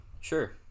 Sure